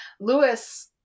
Lewis